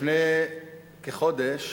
לפני כחודש